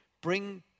bring